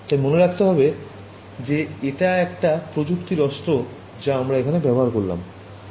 তাই মনে রাখতে হবে যে এটা একটা প্রযুক্তির অস্ত্র যা আমরা ব্যবহার করলাম